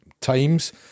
times